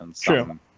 True